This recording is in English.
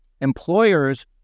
employers